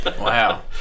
Wow